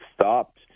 stopped